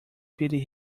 pity